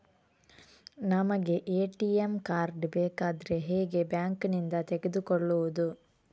ನಮಗೆ ATM card ಬೇಕಾದ್ರೆ ಹೇಗೆ ಬ್ಯಾಂಕ್ ನಿಂದ ತೆಗೆದುಕೊಳ್ಳುವುದು?